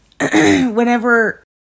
whenever